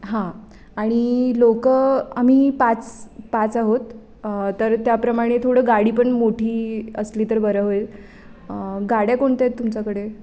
हां आणि लोक आम्ही पाच पाच आहोत तर त्याप्रमाणे थोडं गाडी पण मोठी असली तर बरं होईल गाड्या कोणत्या आहेत तुमच्याकडे